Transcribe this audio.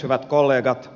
hyvät kollegat